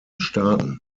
staaten